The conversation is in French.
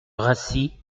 rassit